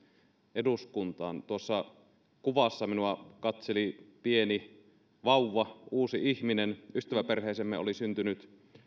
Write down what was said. eduskuntaan tuossa kuvassa minua katseli pieni vauva uusi ihminen ystäväperheeseemme oli syntynyt